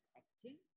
acting